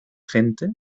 gente